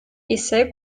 ise